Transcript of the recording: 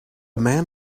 man